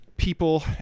people